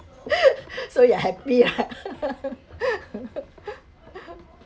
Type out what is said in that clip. so you're happy right